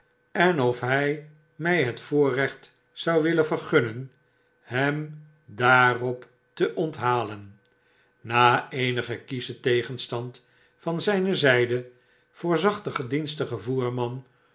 en of hij my hetvoorrecht zou willen vergunnen hem daarop te onthalen na eenigen kieschen tegenstand van zyne zyde voorzag de gedienstige voerman